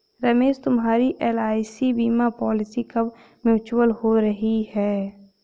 रमेश तुम्हारी एल.आई.सी बीमा पॉलिसी कब मैच्योर हो रही है?